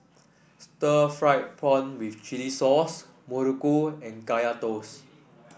Stir Fried Prawn with chili